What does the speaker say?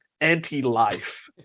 anti-life